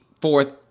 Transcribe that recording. fourth